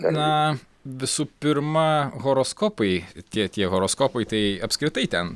na visų pirma horoskopai tie tie horoskopai tai apskritai ten